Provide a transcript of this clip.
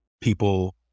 people